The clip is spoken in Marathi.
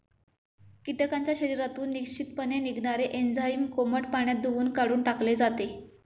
कीटकांच्या शरीरातून निश्चितपणे निघणारे एन्झाईम कोमट पाण्यात धुऊन काढून टाकले जाते